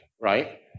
right